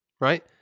Right